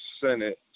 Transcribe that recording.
Senate